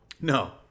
No